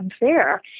unfair